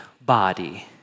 body